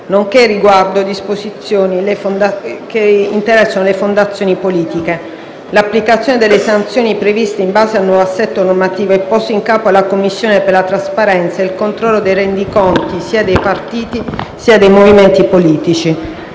nonché disposizioni riguardanti le fondazioni politiche. L'applicazione delle sanzioni previste, in base al nuovo assetto normativo, è posta in capo alla Commissione per la trasparenza e il controllo dei rendiconti, sia dei partiti sia dei movimenti politici.